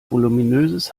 voluminöses